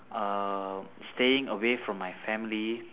uh staying away from my family